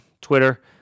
Twitter